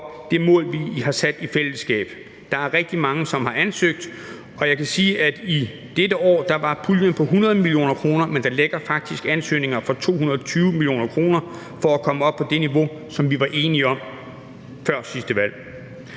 det mål, vi har sat i fællesskab. Der er rigtig mange, som har ansøgt, og jeg kan sige, at i dette år var puljen på 100 mio. kr., men der ligger faktisk ansøgninger for 220 mio. kr. – for at komme op på det niveau, som vi var enige om før sidste valg.